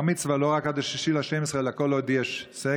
בר-מצווה לא רק עד 6 בדצמבר אלא כל עוד יש סגר,